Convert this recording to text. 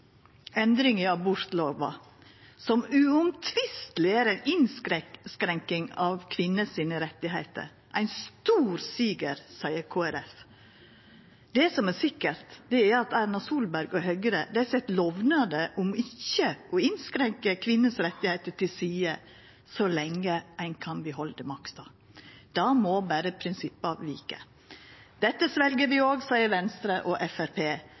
Endring i abortlova, som uomtvisteleg er ei innskrenking av kvinners rettigheiter: Ein stor siger, seier Kristeleg Folkeparti. Det som er sikkert, er at Erna Solberg og Høgre set lovnader om ikkje å innskrenka kvinners rettigheiter til side så lenge ein kan behalda makta. Da må berre prinsippa vika. Dette svelgjer vi òg, seier Venstre og